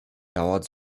dauert